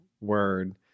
word